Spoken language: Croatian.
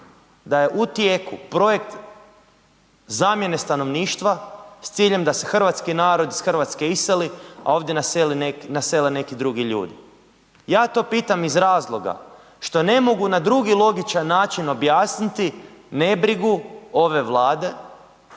da je u tijeku projekt zamjene zamijene stanovništva s ciljem da se hrvatski narod iz Hrvatske iseli, a ovdje nasele neki drugi ljudi? Ja to pitam iz razloga što ne mogu na drugi logičan način objasniti nebrigu ove Vlade